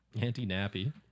Anti-nappy